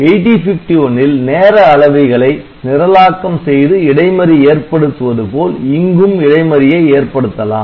8051 ல் நேர அளவிகளை நிரலாக்கம் செய்து இடைமறி ஏற்படுத்துவது போல் இங்கும் இடைமறியை ஏற்படுத்தலாம்